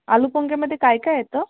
आलुपोंगेमध्ये काय काय येतं